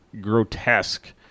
grotesque